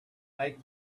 make